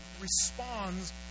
responds